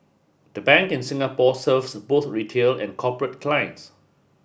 the Bank in Singapore serves both retail and corporate clients